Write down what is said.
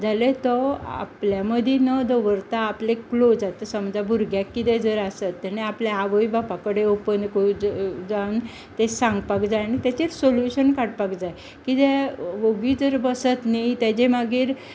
जाल्यार तो आपल्या मदीं न दवरता आपले क्लोज आतां समजा भुरग्याक जर कितें जर आसत जाल्यार ताणें आपल्या आवय बापाय कडेन ओपन करून जावन ताणी सांगपाक जाय आनी ताचेर सोल्यूशन काडपाक जाय कितें ओगी जर बसत न्ही जाल्यार ताजें मागीर